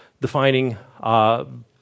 defining